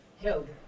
held